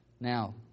Now